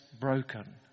Broken